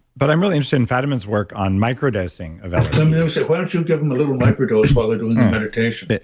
but i'm really interested in fadiman's work on microdosing of lsd why don't you give them a little microdose while they're doing their meditation? but